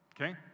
Okay